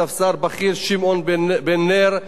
טפסר בכיר שמעון בן-נר,